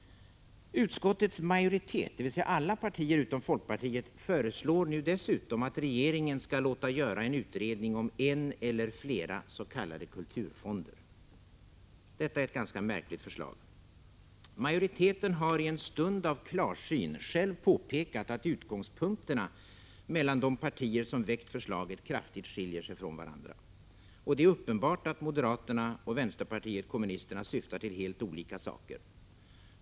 Utskottets majoritet, dvs. alla partier utom folkpartiet, föreslår nu dessutom att regeringen skall låta göra en utredning om en eller flera s.k. kulturfonder. Detta är ett ganska märkligt förslag. Majoriteten har i en stund av klarsyn själv påpekat att utgångspunkterna mellan de partier som väckt förslaget kraftigt skiljer sig från varandra. Och det är uppenbart att moderaterna och vänsterpartiet kommunisterna syftar till helt olika saker.